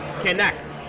connect